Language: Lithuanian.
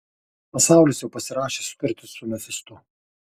pasaulis jau pasirašė sutartį su mefistu